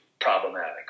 problematic